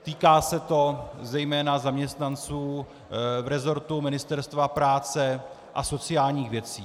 Týká se to zejména zaměstnanců v resortu Ministerstva práce a sociálních věcí.